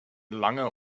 langer